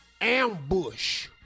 ambush